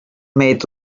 made